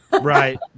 Right